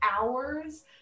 hours